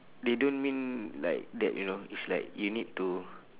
they don't mean like that you know it's like you need to